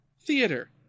theater